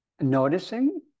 noticing